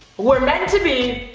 we're meant to be.